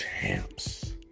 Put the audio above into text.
champs